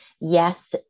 Yes